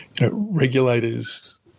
Regulators